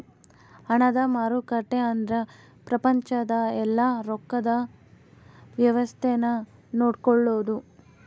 ಹಣದ ಮಾರುಕಟ್ಟೆ ಅಂದ್ರ ಪ್ರಪಂಚದ ಯೆಲ್ಲ ರೊಕ್ಕದ್ ವ್ಯವಸ್ತೆ ನ ನೋಡ್ಕೊಳೋದು